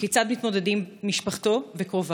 כיצד מתמודדים משפחתו וקרוביו.